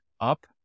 up